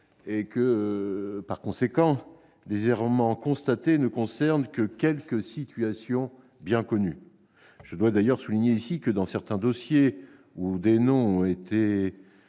locale. Par conséquent, les errements constatés ne concernent que quelques situations bien connues. Je dois d'ailleurs souligner que, dans certains dossiers où des noms ont été